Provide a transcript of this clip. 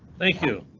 thank you.